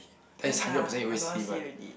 ya sia I don't want see already